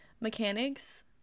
Mechanics